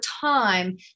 time